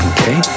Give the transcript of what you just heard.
Okay